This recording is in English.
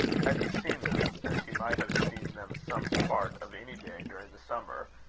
had he seen them, as he might have seen them some part of any day during the summer,